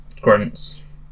grunts